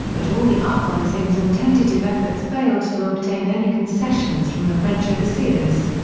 but all the uprisings and tentative efforts failed to obtain any concessions from the french overseers.